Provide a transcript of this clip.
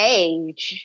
age